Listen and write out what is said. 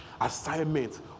assignment